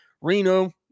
Reno